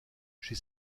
chez